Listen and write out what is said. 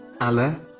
Allah